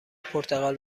پرتغال